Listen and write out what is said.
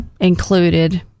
included